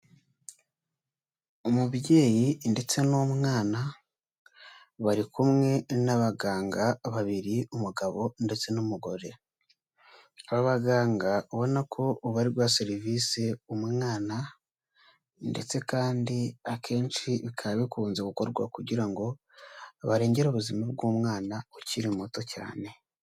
Umubyeyi ndetse n'umwana bari kumwe n'abaganga babiri umugabo ndetse n'umugore. Abaganga ubona ko bari guha serivise umwana ndetse kandi akenshi bikaba bikunze gukorwa kugira ngo barengere ubuzima bw'umwana ukiri muto cyane.